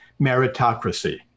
meritocracy